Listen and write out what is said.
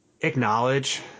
acknowledge